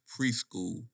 preschool